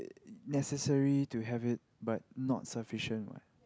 necessary to have it but not sufficient